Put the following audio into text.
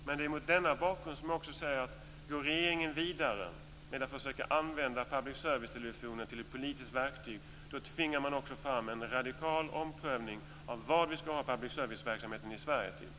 Men det är också mot denna bakgrund som jag säger: Går regeringen vidare med att försöka använda public service-televisionen till ett politiskt verktyg tvingar den också fram en radikal omprövning av vad vi skall ha public serviceverksamheten i Sverige till.